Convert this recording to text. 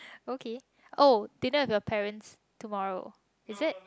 okay oh dinner with your parents tomorrow is it